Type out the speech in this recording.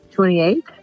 Twenty-eight